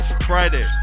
Friday